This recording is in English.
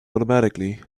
automatically